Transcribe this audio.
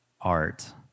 art